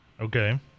Okay